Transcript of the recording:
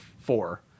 four